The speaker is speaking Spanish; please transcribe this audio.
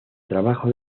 trabajo